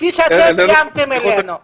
כפי שאתם איימתם עלינו.